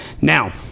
Now